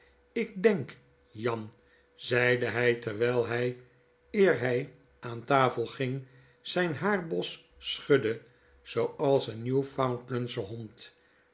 ik denk jan zeide hjj terwfll hy eer hij aan tafel ging zijn haarbos schudde zooals een newfoundlandsche hond